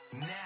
Now